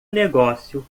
negócio